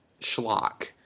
schlock